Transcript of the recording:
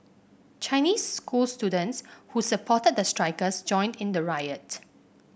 Chinese school students who supported the strikers joined in the riot